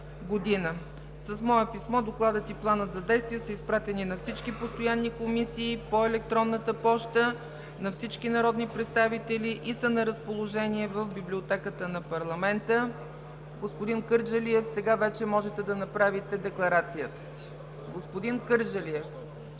С мое писмо Докладът и Планът за действие са изпратени на всички постоянни комисии по електронната поща, на всички народни представители и са на разположение в Библиотеката на парламента. Господин Кърджалиев, сега вече може да направите декларацията си. Господин Кърджалиев!